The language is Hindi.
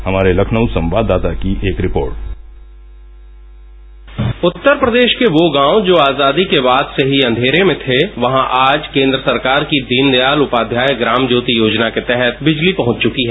हमारे लखनऊ संवाददाता की एक रिपोर्ट उत्तर प्रदेश के वो गांव जो आजादी के बाद से ही अंधेरे में थे वहां आज केंद्र सरकार की दीन दयाल उपाध्याय ग्राम ज्योति योजना के तहत बिजली पहंच चुकी है